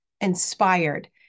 inspired